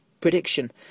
prediction